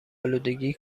آلودگی